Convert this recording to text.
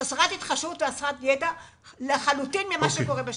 חסרת התחשבות וחסרת ידע לעומת מה שקורה בשטח.